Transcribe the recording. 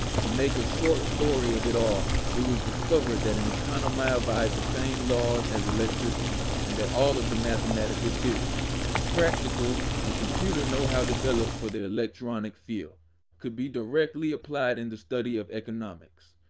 to make a short story of it all, it was discovered that an economyobeyed the same laws as electricity and that all of the mathematical theory and practical and computer know-how developed for the the electronic field could be directly applied in the study of economics.